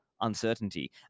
uncertainty